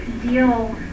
deal